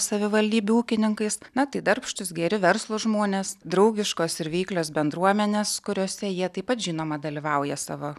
savivaldybių ūkininkais na tai darbštūs geri verslūs žmonės draugiškos ir veiklios bendruomenės kuriose jie taip pat žinoma dalyvauja savo